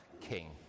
king